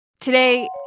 Today